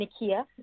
Nikia